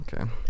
okay